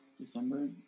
December